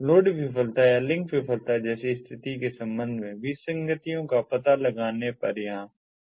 load विफलता या link विफलता जैसी स्थिति के संबंध में विसंगतियों का पता लगाने पर यहां बीकनिंग दर बढ़ जाती है